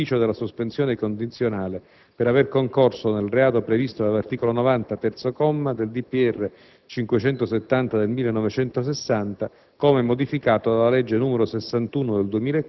comminandogli un'ammenda di 700 euro con beneficio della sospensione condizionale per aver concorso nel reato previsto dall'articolo 90, terzo comma, del decreto del